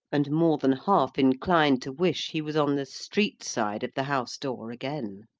and more than half inclined to wish he was on the street-side of the house-door again.